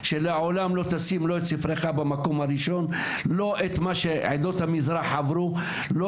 שלעולם לא תשים את ספרך במקום הראשון; לא את מה שעדות המזרח עברו; לא